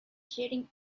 jetting